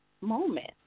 moment